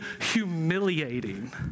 humiliating